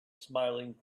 smiling